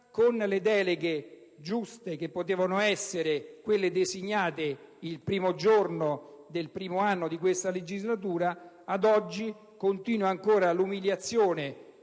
con le deleghe giuste, che potevano essere quelle designate il primo giorno del primo anno di questa legislatura. Ad oggi continua ancora l'umiliazione